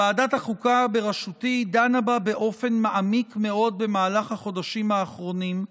ועדת החוקה בראשותי דנה בה באופן מעמיק מאוד במהלך החודשים האחרונים,